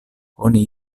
oni